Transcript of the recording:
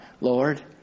Lord